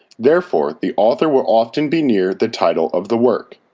therefore, the author will often be near the title of the work.